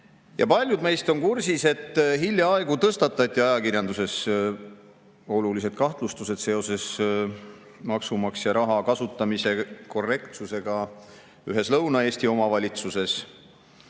Paljud meist on kursis, et hiljaaegu tõstatati ajakirjanduses olulised kahtlustused maksumaksja raha kasutamise korrektsuses ühes Lõuna-Eesti omavalitsuses.